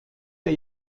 der